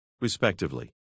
respectively